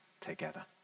together